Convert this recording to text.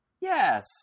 Yes